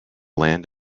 land